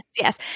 yes